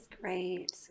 great